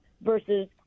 versus